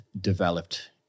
developed